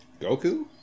Goku